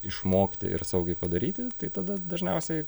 išmokti ir saugiai padaryti tai tada dažniausiai